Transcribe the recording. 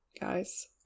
guys